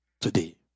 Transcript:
today